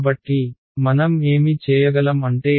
కాబట్టి మనం ఏమి చేయగలం అంటే D